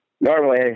normally